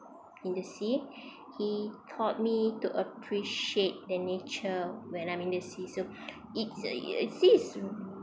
in the sea he taught me to appreciate the nature when I'm in the sea so it's uh seas